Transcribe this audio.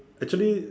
actually